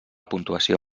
puntuació